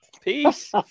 peace